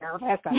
nervous